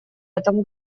этом